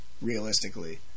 Realistically